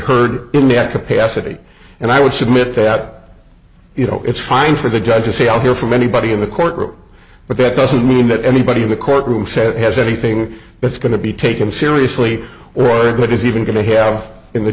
heard in that capacity and i would submit that you know it's fine for the judge to say i hear from anybody in the courtroom but that doesn't mean that anybody in the courtroom said has anything that's going to be taken seriously or a good is even going to have in the